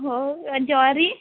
हो ज्वारी